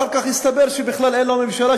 אחר כך הסתבר שבכלל אין לו ממשלה,